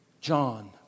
John